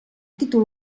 títol